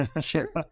Sure